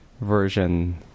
version